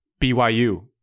byu